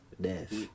Death